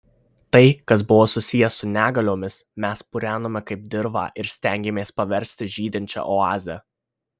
tai kas buvo susiję su negaliomis mes purenome kaip dirvą ir stengėmės paversti žydinčia oaze